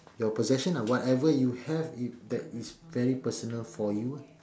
ya your possessions lah whatever you have you that is very personal for you lah